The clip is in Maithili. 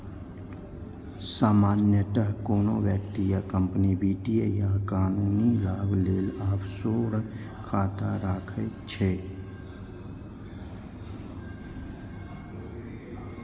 सामान्यतः कोनो व्यक्ति या कंपनी वित्तीय आ कानूनी लाभ लेल ऑफसोर खाता राखै छै